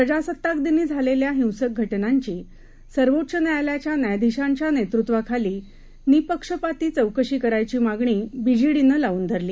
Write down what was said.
प्रजासत्ताकदिनीझालेल्याहिंसकघटनांचीसर्वोच्चन्यायालयाच्यान्यायाधीशांच्यानेतृत्वाखाली निपक्षपातीचौकशीकरायचीमागणीबीजीडीनलावूनधरली